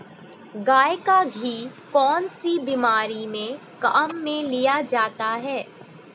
गाय का घी कौनसी बीमारी में काम में लिया जाता है?